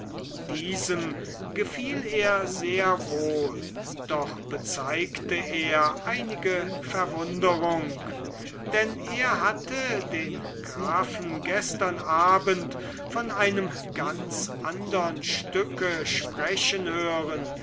diesem gefiel er sehr wohl doch bezeigte er einige verwunderung denn er hatte den grafen gestern abend von einem ganz andern stücke sprechen hören